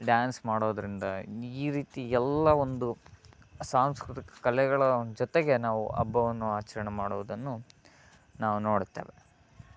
dance ಮಾಡೋದರಿಂದ ಈ ರೀತಿ ಎಲ್ಲ ಒಂದು ಸಾಂಸ್ಕೃತಿಕ ಕಲೆಗಳ ಜೊತೆಗೆ ನಾವು ಹಬ್ಬವನ್ನು ಆಚರಣೆ ಮಾಡುವುದನ್ನು ನಾವು ನೋಡ್ತೇವೆ